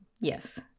Yes